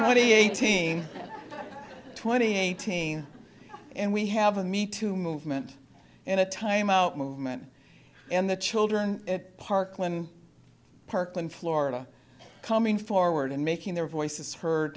twenty eighteen twenty eighteen and we have a me to movement and a time out movement and the children parklane parklane florida coming forward and making their voices heard